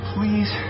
Please